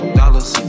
dollars